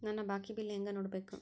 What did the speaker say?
ನನ್ನ ಬಾಕಿ ಬಿಲ್ ಹೆಂಗ ನೋಡ್ಬೇಕು?